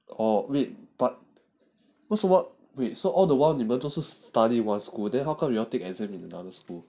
oh read but 为什么 so all the while 你们都 study was school then how come you take exam in another school